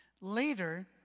Later